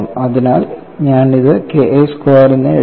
അതിനാൽ ഞാൻ ഇത് K I സ്ക്വയർ എന്ന് എഴുതാം